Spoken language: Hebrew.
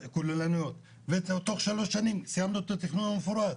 הכוללניות ותוך שלוש שנים סיימנו את התכנון המפורט.